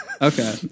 Okay